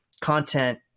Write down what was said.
content